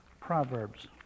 Proverbs